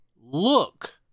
look